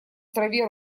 траве